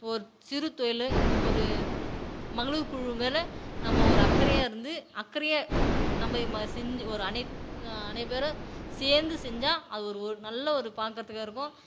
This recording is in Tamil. ஒரு சிறு தொழில் ஒரு மகளிர் குழு மேல நம்ம ஒரு அக்கறையாக இருந்து அக்கறையாக நம்ம மா செஞ்சி ஒரு அனைத் அனைவரும் சேர்ந்து செஞ்சால் அது ஒரு ஒரு நல்ல ஒரு பார்க்கறதுக்கா இருக்கும்